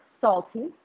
salty